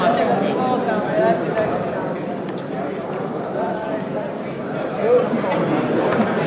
הצעת סיעות מרצ העבודה להביע אי-אמון בממשלה לא נתקבלה.